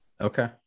Okay